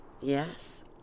yes